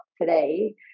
today